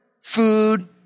food